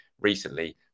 recently